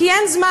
כי אין זמן,